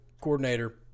coordinator